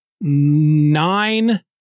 nine